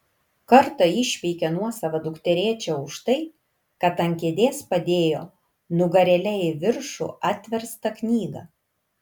kartą išpeikė nuosavą dukterėčią už tai kad ant kėdės padėjo nugarėle į viršų atverstą knygą